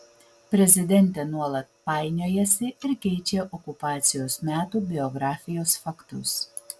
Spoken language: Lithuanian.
prezidentė nuolat painiojasi ir keičia okupacijos metų biografijos faktus